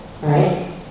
right